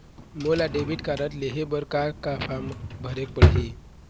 मोला debit card लेहे बर का का फार्म भरेक पड़ही?